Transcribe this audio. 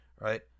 right